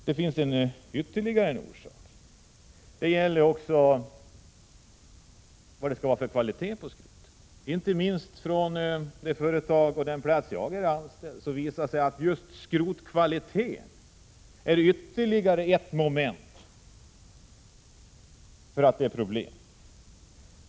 Det finns ytterligare en orsak, och det är vilken kvalitet på skrotet som krävs. Inte minst på det företag där jag är anställd visar det sig att skrotets kvalitet innebär ytterligare ett problem.